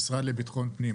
המשרד לביטחון פנים,